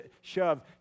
shove